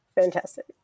fantastic